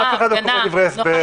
אף אחד לא קורא את דברי ההסבר,